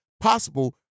possible